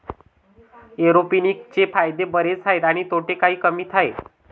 एरोपोनिक्सचे फायदे बरेच आहेत आणि तोटे काही कमी आहेत